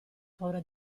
paura